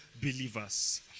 believers